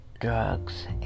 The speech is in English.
drugs